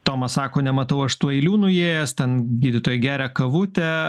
tomas sako nematau aš tų eilių nuėjęs ten gydytojai geria kavutę